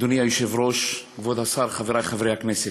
אדוני היושב-ראש, כבוד השר, חברי חברי הכנסת,